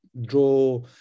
draw